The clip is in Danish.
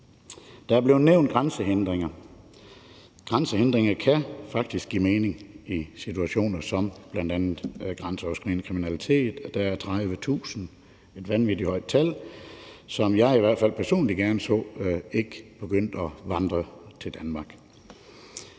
Der er blevet nævnt grænsehindringer. Grænsehindringer kan faktisk give mening i situationer som bl.a. ved grænseoverskridende kriminalitet. Der er 30.000 bandemedlemmer – et vanvittig højt tal – som jeg i hvert fald personligt gerne så ikke begyndte at vandre til Danmark.